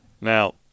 Now